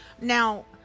Now